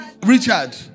Richard